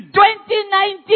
2019